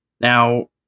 Now